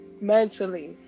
mentally